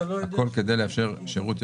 הכול כדי לאפשר שירות.